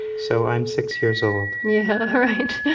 so i'm six years old yeah, right. yeah